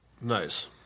Nice